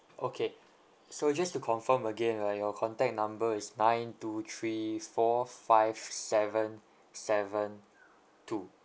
okay so just to confirm again ah your contact number is nine two three four five seven seven two